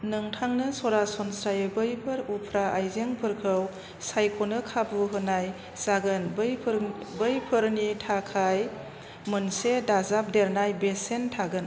नोंथांनो सरासनस्नायै बैफोर उफ्रा आइजेंफोरखौ सायख'नो खाबु होनाय जागोन बैफोर बैफोरनि थाखाय मोनसे दाजाबदेरनाय बेसेन थागोन